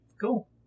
Cool